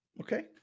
Okay